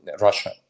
Russia